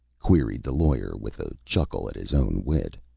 queried the lawyer, with a chuckle at his own wit.